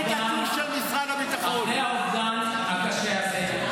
אחרי האובדן הקשה הזה.